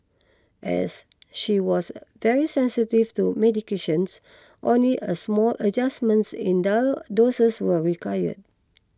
as she was very sensitive to medications only a small adjustments in doses were required